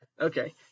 okay